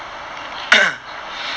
!wah! far sia